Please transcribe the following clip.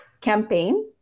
campaign